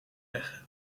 leggen